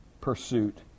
pursuit